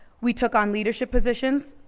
we took on leadership positions,